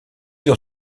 dans